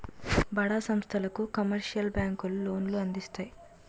బడా సంస్థలకు కమర్షియల్ బ్యాంకులు లోన్లు అందిస్తాయి